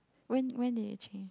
when when did it change